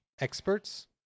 experts